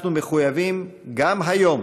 אנחנו מחויבים גם היום